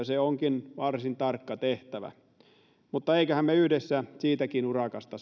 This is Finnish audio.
se onkin varsin tarkka tehtävä mutta emmeköhän me yhdessä siitäkin urakasta